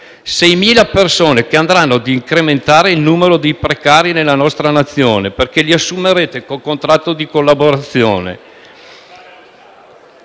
6.000 persone che andranno a incrementare il numero di precari nella nostra Nazione perché li assumerete con contratto di collaborazione,